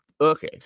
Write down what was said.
Okay